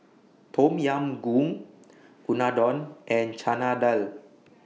Tom Yam Goong Unadon and Chana Dal